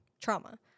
trauma